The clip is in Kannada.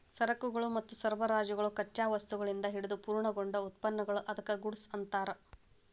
ಸರಕುಗಳು ಮತ್ತು ಸರಬರಾಜುಗಳು ಕಚ್ಚಾ ವಸ್ತುಗಳಿಂದ ಹಿಡಿದು ಪೂರ್ಣಗೊಂಡ ಉತ್ಪನ್ನ ಅದ್ಕ್ಕ ಗೂಡ್ಸ್ ಅನ್ತಾರ